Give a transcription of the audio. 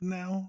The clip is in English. now